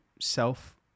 self